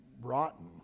rotten